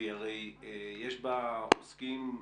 ויש בה עוסקים,